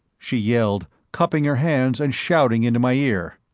she yelled, cupping her hands and shouting into my ear.